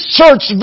church